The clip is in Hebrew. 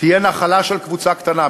היא תהיה נחלה של קבוצה קטנה.